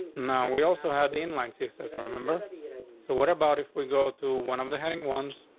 now we also have the in line sees. doesn't remember. so what about if we go to one of the heading ones